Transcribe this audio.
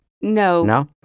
No